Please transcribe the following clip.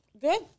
Good